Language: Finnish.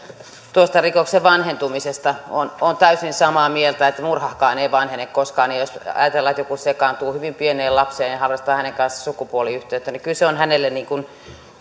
tuosta rikoksen vanhentumisesta olen täysin samaa mieltä että murhakaan ei vanhene koskaan ja jos ajatellaan että joku sekaantuu hyvin pieneen lapseen ja harrastaa hänen kanssaan sukupuoliyhteyttä niin kyllä se on tälle niin kuin